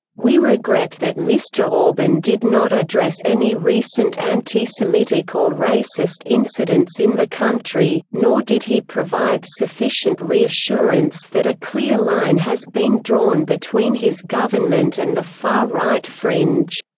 we regret that mr. orban did not address any recent anti-semitic or racist incidents in the country, nor did he provide sufficient reassurance that a clear line has been drawn between his government and the far-right fringe,